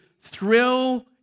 thrill